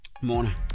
Morning